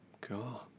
God